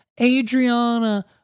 Adriana